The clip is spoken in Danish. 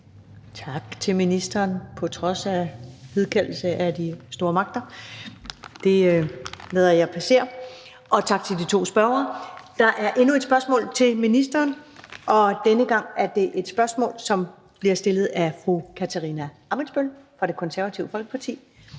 Tak til ministeren på trods af hidkaldelse af de højere magter; det lader jeg passere. Også tak til de to spørgere. Der er endnu et spørgsmål til ministeren, og denne gang er det et spørgsmål, som bliver stillet af fru Katarina Ammitzbøll fra Det Konservative Folkeparti.